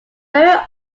very